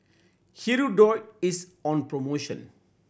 Hirudoid is on promotion